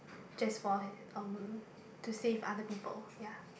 just for um to save other people ya